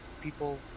people